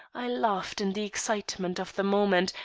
i laughed in the excitement of the moment,